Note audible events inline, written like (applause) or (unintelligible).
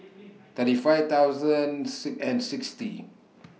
thirty five thousand (unintelligible) and sixty